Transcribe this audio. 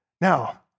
Now